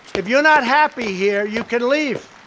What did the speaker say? if you're not happy here, you can leave.